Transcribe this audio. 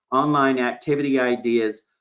online activity ideas,